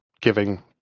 giving